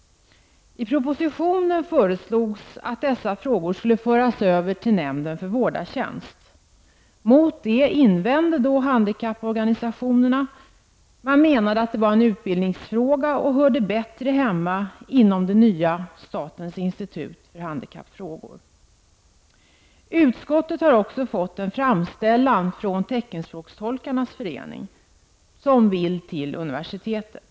I propositionen föreslogs att dessa frågor skulle föras över till nämnden för vårdartjänst. Mot det invände då handikapporganisationerna -- man menade att det var en utbildningsfråga och bättre hörde hemma i det nya statens institut för handikappfrågor. Utskottet har också fått en framställan från teckenspråkstolkarnas förening, som vill till universitetet.